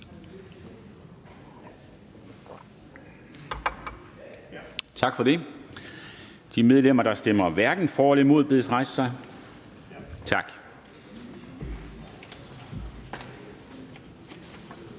Tak. De medlemmer, der stemmer hverken for eller imod, bedes rejse sig. Tak.